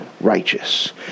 righteous